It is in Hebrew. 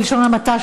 בלשון המעטה,